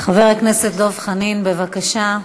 חבר הכנסת דב חנין, בבקשה.